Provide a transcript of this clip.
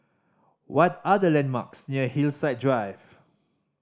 what are the landmarks near Hillside Drive